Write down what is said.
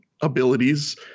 abilities